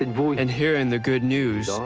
and and hearing the good news,